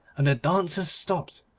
and the dancers stopped,